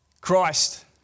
Christ